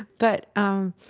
but, um,